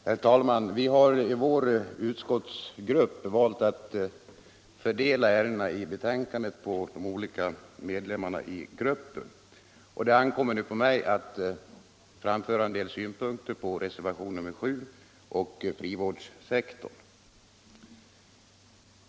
Herr talman! Vi har i vår utskottsgrupp valt att fördela ärendena i betänkandet 28 på de olika medlemmarna i gruppen. Det ankommer nu på mig att framföra en del synpunkter på reservationen 7 — frivårdssektorn.